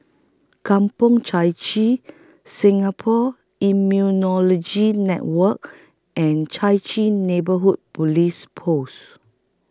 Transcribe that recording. Kampong Chai Chee Singapore Immunology Network and Chai Chee Neighbourhood Police Post